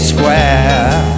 Square